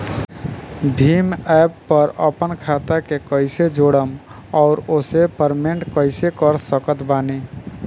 Bhim app पर आपन खाता के कईसे जोड़म आउर ओसे पेमेंट कईसे कर सकत बानी?